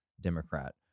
Democrat